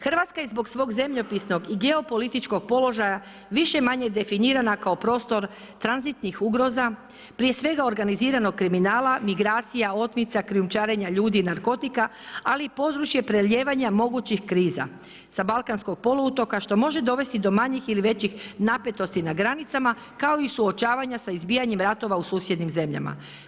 Hrvatska je zbog svog zemljopisnog i geopolitičkog položaja više-manje definirana kao prostor tranzitnih ugroza prije svega organiziranog kriminala, migracija, otmica, krijumčarenja ljudi, narkotika, ali i područje prelijevanja mogućih kriza sa balkanskog poluotoka što može dovesti do manjih ili većih napetosti na granicama kao i suočavanja sa izbijanjem ratova u susjednim zemljama.